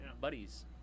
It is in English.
buddies